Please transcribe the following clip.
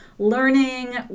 learning